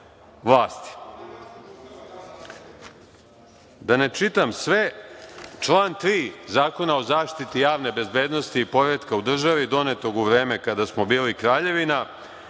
Da ne čitam sve. Član 3. Zakona o zaštiti javne bezbednosti i poretka u državi donetog u vreme kada smo bili Kraljevina: